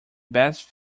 best